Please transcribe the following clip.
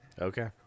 okay